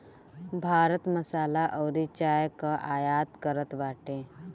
भारत मसाला अउरी चाय कअ आयत करत बाटे